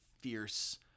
fierce